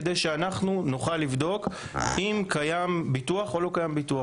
כדי שאנחנו נוכל לבדוק אם קיים ביטוח או לא קיים ביטוח.